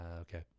Okay